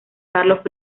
carlos